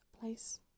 place